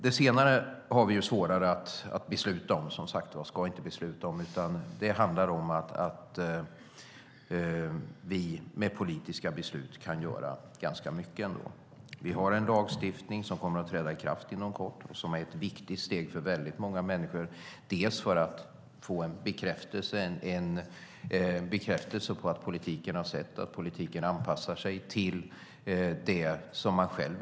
Det senare har vi svårare att besluta om, och det ska vi inte besluta om. Men vi kan ändå göra ganska mycket med politiska beslut. Inom kort kommer en lagstiftning att träda i kraft som är ett viktigt steg för många människor som inte tillhör det stora flertalet utan känner sig lite vid sidan om.